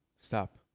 stop